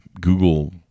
Google